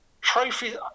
trophies